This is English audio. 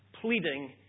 pleading